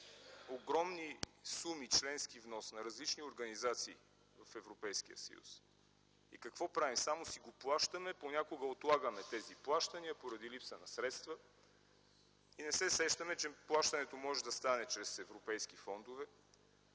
огромни суми членски внос на различни организации в Европейския съюз. Какво правим? Само си го плащаме, понякога отлагаме тези плащания поради липса на средства и не се сещаме, че плащането може да стане чрез европейски фондове.